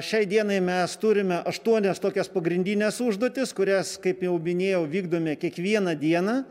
šiai dienai mes turime aštuonias tokias pagrindines užduotis kurias kaip jau minėjau vykdome kiekvieną dieną